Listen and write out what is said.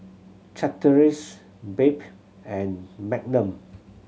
Chateraise Bebe and Magnum